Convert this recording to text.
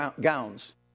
gowns